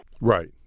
Right